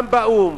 גם באו"ם,